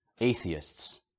atheists